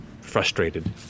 frustrated